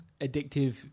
addictive